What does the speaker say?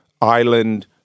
Island